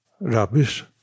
rubbish